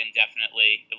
indefinitely